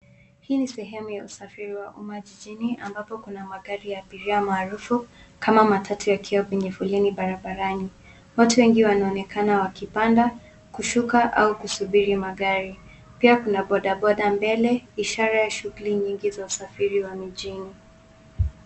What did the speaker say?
Hii ni sehemu ya usafiri wa umma jijini ambapo kuna magari ya abiria maarufu kama Matatu yakiwa kwenye foleni barabarani. Watu wengi wanaonekana wakipanda, kushuka au kusubiri magari. Pia kuna bodaboda mbele, ishara ya shughuli nyingi za usafiri wa mijini.